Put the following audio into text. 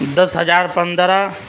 دس ہزار پندرہ